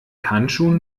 handschuhen